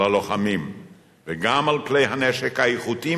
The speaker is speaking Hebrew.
על הלוחמים וגם על כלי הנשק האיכותיים